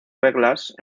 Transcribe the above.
reglas